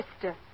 sister